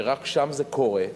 שרק שם זה קורה,